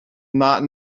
not